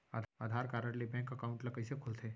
आधार card ले bank account ल कइसे खोलथे?